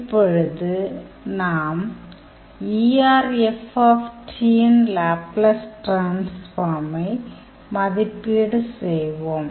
இப்பொழுது நாம் erft யின் லேப்லஸ் டிரான்ஸ்ஃபார்மை மதிப்பீடு செய்வோம்